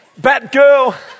Batgirl